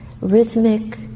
rhythmic